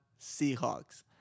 Seahawks